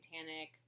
Titanic